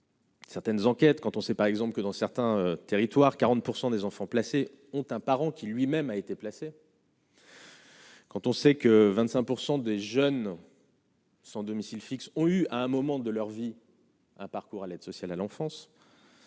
Certaines enquêtes, quand on sait par exemple que dans certains territoires 40 % des enfants placés ont un parent qui lui-même a été placé. Quand on sait que 25 % des jeunes. Sans domicile fixe ont eu à un moment de leur vie, un parcours à l'aide sociale à l'enfance.